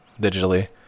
digitally